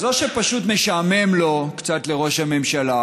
אז או שפשוט קצת משעמם לו קצת, לראש הממשלה,